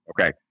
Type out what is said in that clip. Okay